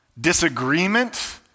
disagreement